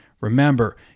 Remember